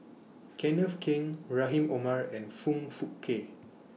Kenneth Keng Rahim Omar and Foong Fook Kay